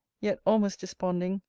yet almost desponding,